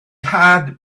had